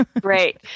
Great